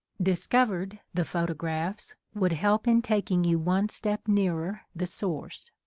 discovered' the photographs would help in taking you one step nearer the source.